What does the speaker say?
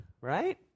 right